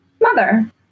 Mother